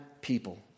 people